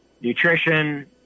nutrition